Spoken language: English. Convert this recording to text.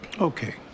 Okay